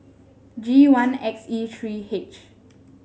G one X E three H